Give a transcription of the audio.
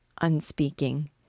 unspeaking